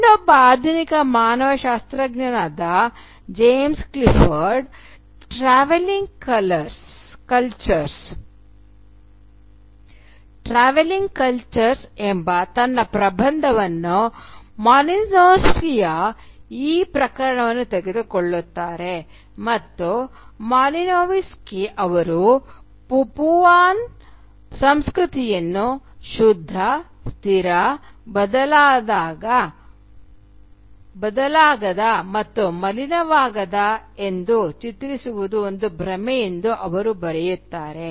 ಇನ್ನೊಬ್ಬ ಆಧುನಿಕ ಮಾನವಶಾಸ್ತ್ರಜ್ಞರಾದ ಜೇಮ್ಸ್ ಕ್ಲಿಫರ್ಡ್ ಟ್ರಾವೆಲಿಂಗ್ ಕಲ್ಚರ್ಸ್ ಎಂಬ ತನ್ನ ಪ್ರಬಂಧದಲ್ಲಿ ಮಾಲಿನೋವ್ಸ್ಕಿಯ ಈ ಪ್ರಕರಣವನ್ನು ತೆಗೆದುಕೊಳ್ಳುತ್ತಾರೆ ಮತ್ತು ಮಾಲಿನೋವ್ಸ್ಕಿಯವರು ಪಪುವಾನ್ ಸಂಸ್ಕೃತಿಯನ್ನು ಶುದ್ಧ ಸ್ಥಿರ ಬದಲಾಗದ ಮತ್ತು ಮಲಿನವಾಗದ ಎಂದು ಚಿತ್ರಿಸುವುದು ಒಂದು ಭ್ರಮೆ ಎಂದು ಅವರು ಬರೆಯುತ್ತಾರೆ